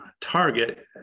target